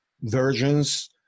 versions